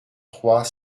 trois